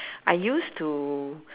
I used to